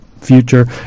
future